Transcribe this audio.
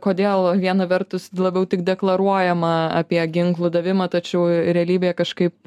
kodėl viena vertus labiau tik deklaruojama apie ginklų davimą tačiau realybėj kažkaip